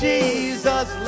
Jesus